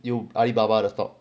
有阿里巴巴的 stock